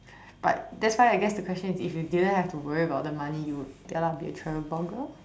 but that's why I guess the question is if you didn't have to worry about the money you would ya lah be a travel blogger